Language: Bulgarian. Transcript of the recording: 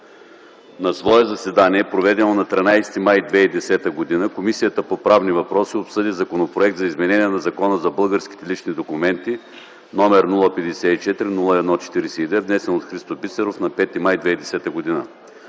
„На свое заседание, проведено на 13 май 2010 г., Комисията по правни въпроси обсъди Законопроект за изменение на Закона за българските лични документи, № 054-01-42, внесен от Христо Бисеров на 5 май 2010 г.